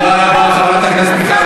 חברת הכנסת מיכל